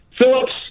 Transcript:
Phillips